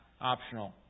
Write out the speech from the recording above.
optional